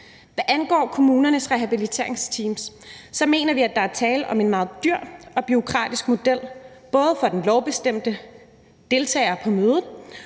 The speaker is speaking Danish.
Hvad angår kommunernes rehabiliteringsteams, så mener vi, at der er tale om en meget dyr og bureaukratisk model for den lovbestemte deltager på mødet,